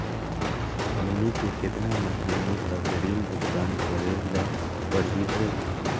हमनी के केतना महीनों तक ऋण भुगतान करेला परही हो?